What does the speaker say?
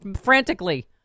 frantically